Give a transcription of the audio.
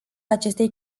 acestei